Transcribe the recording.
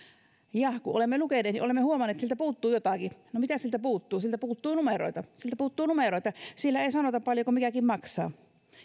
ja kun olemme lukeneet niin olemme huomanneet että sieltä puuttuu jotakin no mitä sieltä puuttuu sieltä puuttuu numeroita sieltä puuttuu numeroita siellä ei sanota paljonko mikäkin maksaa